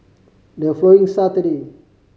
the following Saturday